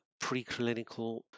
preclinical